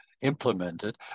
implemented